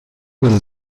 will